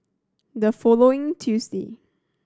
the following Tuesday